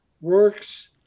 works